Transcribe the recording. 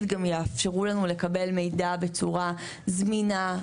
גם יאפשרו לנו לקבל מידע בצורה זמינה,